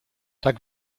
tak